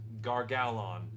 Gargalon